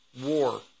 war